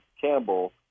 campbell